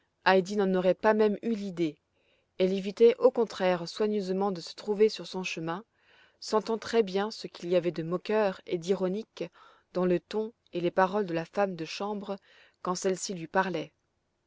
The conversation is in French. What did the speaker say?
n'en aurait pas même eu l'idée elle évitait au contraire soigneusement de se trouver sur son chemin sentant très bien ce qu'il y avait de moqueur et d'ironique dans le ton et les paroles de la femme de chambre quand celle-ci lui parlait